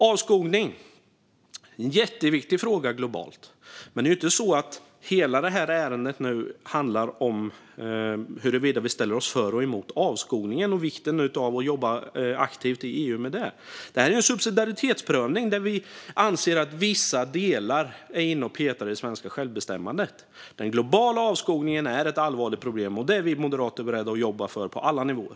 Avskogning är en jätteviktig fråga globalt, men det är ju inte så att hela detta ärende handlar om huruvida vi ställer oss för eller emot avskogningen och vikten av att jobba aktivt i EU med det. Det här är en subsidiaritetsprövning, där vi anser att vissa delar är inne och petar i det svenska självbestämmandet. Den globala avskogningen är ett allvarligt problem, och det är vi Moderater beredda att jobba med på alla nivåer.